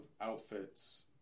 outfits